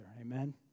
amen